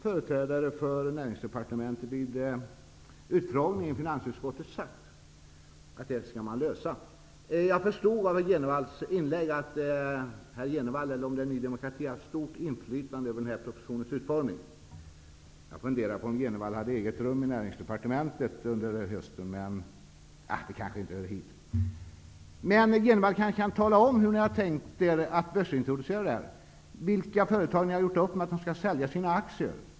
Företrädare från Näringsdepartementet sade vid utfrågningen i finansutskottet att den frågan skall lösas. Jag förstod av Bo Jenevalls inlägg att han, eller om det är Ny demokrati, har haft stort inflytande över utformningen av propositionen. Jag har funderat över om Bo Jenevall har haft ett eget rum på Näringsdepartementet under hösten. Men den frågan kanske inte hör hit. Bo Jenevall kanske kan tala om hur Ny demokrati har tänkt sig denna börsintroduktion. Med vilka företag har ni gjort upp om att de skall sälja sina aktier?